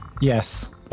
Yes